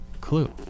clue